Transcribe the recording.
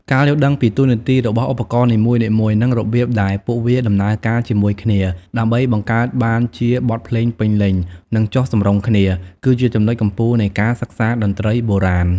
ការយល់ដឹងពីតួនាទីរបស់ឧបករណ៍នីមួយៗ និងរបៀបដែលពួកវាដំណើរការជាមួយគ្នាដើម្បីបង្កើតបានជាបទភ្លេងពេញលេញ និងចុះសម្រុងគ្នា គឺជាចំណុចកំពូលនៃការសិក្សាតន្ត្រីបុរាណ។